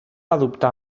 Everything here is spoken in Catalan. adoptar